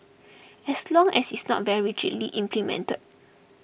as long as it's not very rigidly implemented